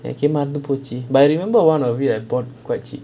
and came under puji but I remember one of of I it I bought quite cheap